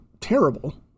terrible